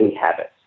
habits